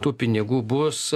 tų pinigų bus